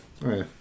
right